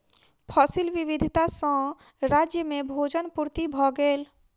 फसिल विविधता सॅ राज्य में भोजन पूर्ति भ गेल